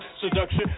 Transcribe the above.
seduction